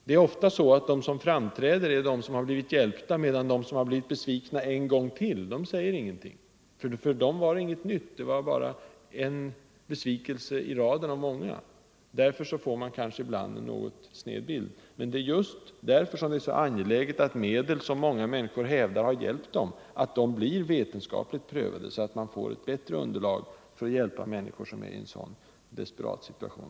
Det är ofta bara de som blivit hjälpta som framträder, medan de som blivit besvikna en gång till inte säger något. För dem var det ju inget att berätta om, utan bara en besvikelse i raden av många. Just därför är det så angeläget att medel, som enligt många människors vittnesbörd kunnat vara till hjälp, blir vetenskapligt prövade så att man får ett bättre underlag för att hjälpa människor som är i en desperat situation.